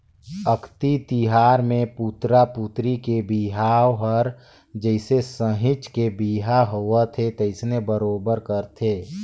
अक्ती तिहार मे पुतरा पुतरी के बिहाव हर जइसे सहिंच के बिहा होवथे तइसने बरोबर करथे